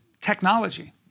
technology